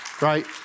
Right